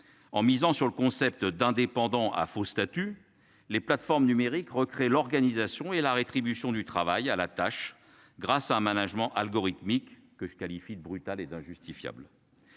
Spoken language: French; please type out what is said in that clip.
en misant sur le concept d'indépendants ah fausses statues. Les plateformes numériques recrée l'organisation et la rétribution du travail à la tâche, grâce à un management algorithmique que je qualifie de brutale et d'injustifiable.